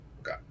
Okay